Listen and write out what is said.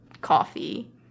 coffee